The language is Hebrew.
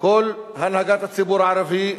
כל הנהגת הציבור הערבי,